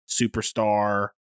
superstar